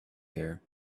here